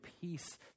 peace